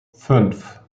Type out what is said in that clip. fünf